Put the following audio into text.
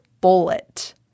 bullet